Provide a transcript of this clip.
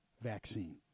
vaccine